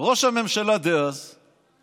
ראש הממשלה אז